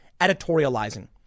editorializing